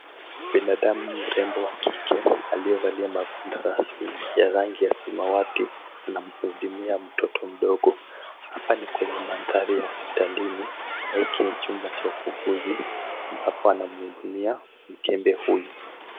Binadamu mrembo wa kike, aliyevalia magwanda rasmi ya rangi ya samawati, anamhudumia mtoto mdogo. Hapa ni kwenye manthari ya hospitalini na hiki ni chumba cha ufukuzi ambapo anamhudumia mkembe huyu.